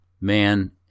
man